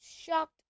shocked